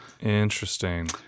Interesting